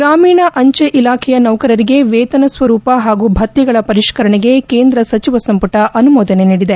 ಗ್ರಾಮೀಣ ಅಂಜಿ ಇಲಾಖೆಯ ನೌಕರರಿಗೆ ವೇತನ ಸ್ವರೂಪ ಹಾಗೂ ಭತ್ಲೆಗಳ ಪರಿಷ್ಠರಣೆಗೆ ಕೇಂದ್ರ ಸಚಿವ ಸಂಪುಟ ಅನುಮೋದನೆ ನೀಡಿದೆ